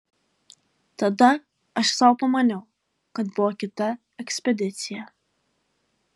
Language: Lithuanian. tada aš sau pamaniau kad buvo kita ekspedicija